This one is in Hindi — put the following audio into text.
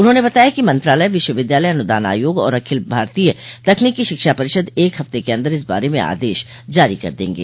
उन्होंने बताया कि मंत्रालय विश्वविद्यालय अनुदान आयोग और अखिल भारतीय तकनीकी शिक्षा परिषद एक हफ्ते के अंदर इस बारे में आदेश जारी कर देंगे